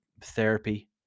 therapy